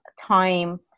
time